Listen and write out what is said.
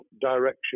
direction